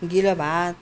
गिलो भात